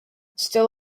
still